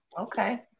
Okay